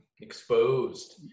Exposed